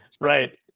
Right